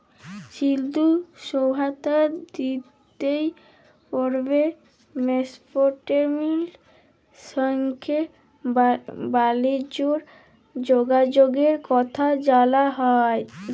সিল্ধু সভ্যতার দিতিয় পর্বে মেসপটেমিয়ার সংগে বালিজ্যের যগাযগের কথা জালা যায়